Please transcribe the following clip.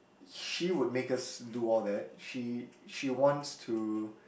she would make us do all that she she wants to